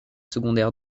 secondaires